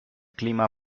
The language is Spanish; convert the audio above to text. clima